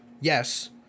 Yes